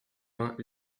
vingt